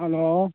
hello